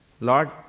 Lord